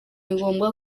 ngombwa